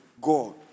god